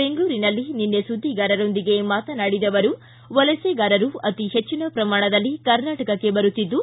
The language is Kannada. ಬೆಂಗಳೂರಿನಲ್ಲಿ ನಿನ್ನೆ ಸುದ್ದಿಗಾರರೊಂದಿಗೆ ಮಾತನಾಡಿದ ಅವರು ವಲಸೆಗಾರರು ಅತಿಹೆಟ್ಟಿನ ಪ್ರಮಾಣದಲ್ಲಿ ಕರ್ನಾಟಕಕ್ಕೆ ಬರುತ್ತಿದ್ದು